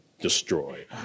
destroy